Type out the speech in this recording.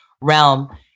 realm